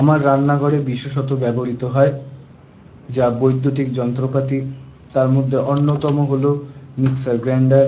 আমার রান্নাঘরে বিশেষত ব্যবহৃত হয় যা বৈদ্যুতিক যন্ত্রপাতি তার মধ্যে অন্যতম হল মিক্সার গ্রাইন্ডার